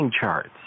charts